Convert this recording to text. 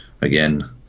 Again